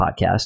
podcast